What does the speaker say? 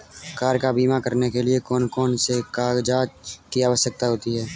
Car का बीमा करने के लिए कौन कौन से कागजात की आवश्यकता होती है?